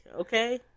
okay